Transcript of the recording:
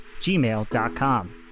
gmail.com